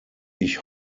ich